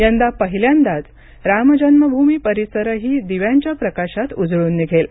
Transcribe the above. यंदा पहिल्यांदाच रामजन्मभूमी परिसरही दिव्यांच्या प्रकाशात उजळून निघेल